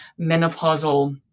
menopausal